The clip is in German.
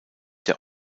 der